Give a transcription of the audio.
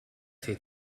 fer